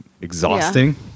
exhausting